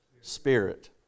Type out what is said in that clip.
spirit